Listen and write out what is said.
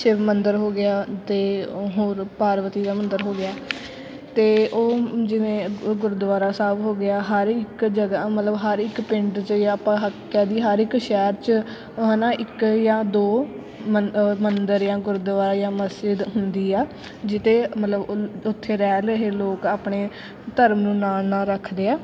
ਸ਼ਿਵ ਮੰਦਰ ਹੋ ਗਿਆ ਅਤੇ ਹੋਰ ਪਾਰਵਤੀ ਦਾ ਮੰਦਰ ਹੋ ਗਿਆ ਅਤੇ ਉਹ ਜਿਵੇਂ ਗੁਰਦੁਆਰਾ ਸਾਹਿਬ ਹੋ ਗਿਆ ਹਰ ਇੱਕ ਜਗ੍ਹਾ ਮਤਲਬ ਹਰ ਇੱਕ ਪਿੰਡ 'ਚ ਜਾਂ ਆਪਾਂ ਹਾ ਕਹਿ ਦੀਏ ਹਰ ਇੱਕ ਸ਼ਹਿਰ 'ਚ ਹੈ ਨਾ ਇੱਕ ਜਾਂ ਦੋ ਮੰਦਰ ਜਾਂ ਗੁਰਦੁਆਰਾ ਜਾਂ ਮਸਜਿਦ ਹੁੰਦੀ ਆ ਜਿਹਦੇ ਮਤਲਬ ਉ ਉੱਥੇ ਰਹਿ ਰਹੇ ਲੋਕ ਆਪਣੇ ਧਰਮ ਨੂੰ ਨਾਲ ਨਾਲ ਰੱਖਦੇ ਆ